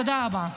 תודה רבה.